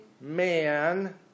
man